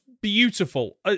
beautiful